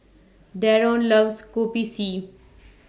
Daron loves Kopi C